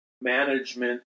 management